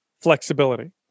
flexibility